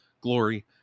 glory